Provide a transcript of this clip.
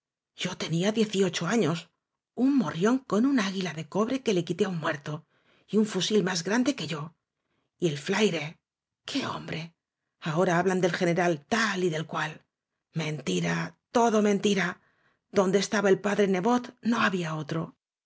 yo tenía diez y ocho años un morrión con una águila de cobre que le quité á un muerto y un fusil más grande que yo y el flaire qué hombre ahora hablan del general tal y del cual mentira todo menti ra donde estaba el padre nevot no había otro